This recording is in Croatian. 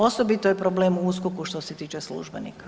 Osobito je problem u USKOK-u što se tiče službenika.